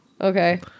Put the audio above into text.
Okay